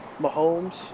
Mahomes